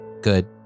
good